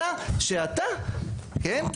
אלא שאתה, כן?